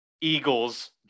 Eagles